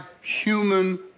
human